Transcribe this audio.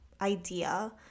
idea